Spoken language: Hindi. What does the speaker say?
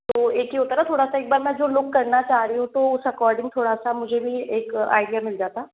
तो एक ही होता है ना थोड़ा सा एक बार मैं जो लुक करना चाह रही हूँ तो उस अकॉर्डिंग थोड़ा सा मुझे भी एक आइडिया मिल जाता